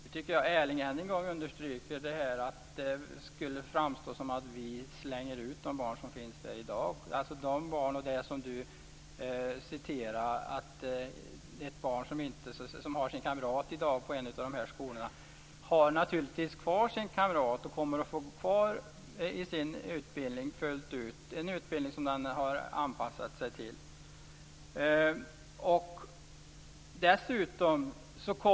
Fru talman! Jag tycker att Erling Wälivaara än en gång understryker att vi skulle slänga ut de barn som finns där i dag. De barn som i dag har sina kamrater på en av dessa skolor har naturligtvis kvar sina kamrater och kommer att få gå kvar i sin utbildningen tiden ut - en utbildning som de har anpassat sig till.